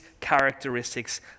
characteristics